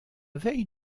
veille